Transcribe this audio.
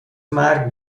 مرگ